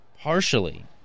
Partially